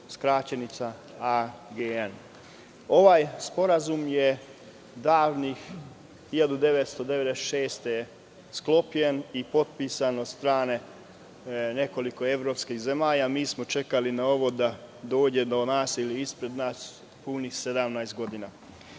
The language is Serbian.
skraćenica AGN.Ovaj sporazum je davne 1996. godine sklopljen i potpisan od strane nekoliko evropskih zemalja. Mi smo čekali na ovo da dođe do nas, ili ispred nas, punih 17. godina.